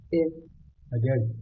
again